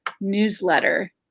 newsletter